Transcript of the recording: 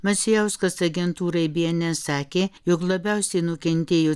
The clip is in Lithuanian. macijauskas agentūrai bns sakė jog labiausiai nukentėjo